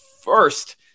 first